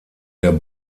der